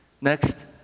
Next